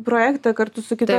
projektą kartu su kita